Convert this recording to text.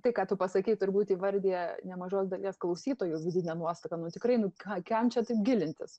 tai ką tu pasakei turbūt įvardija nemažos dalies klausytojų vidinę nuostatą nu tikrai nu ką kam čia taip gilintis